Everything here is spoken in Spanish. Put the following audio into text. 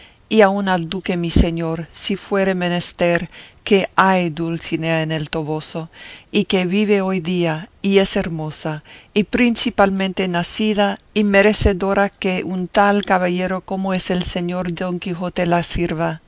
y aun al duque mi señor si fuere menester que hay dulcinea en el toboso y que vive hoy día y es hermosa y principalmente nacida y merecedora que un tal caballero como es el señor don quijote la sirva